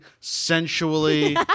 sensually